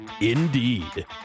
indeed